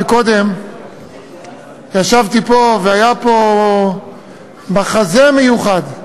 קודם ישבתי פה והיה פה מחזה מיוחד: